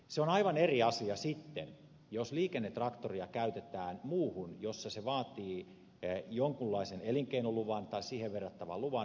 se on aivan eri asia sitten jos liikennetraktoria käytetään muuhun jossa se vaatii jonkunlaisen elinkeinoluvan tai siihen verrattavan luvan